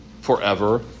forever